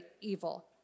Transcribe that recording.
evil